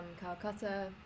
Calcutta